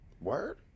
Word